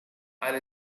and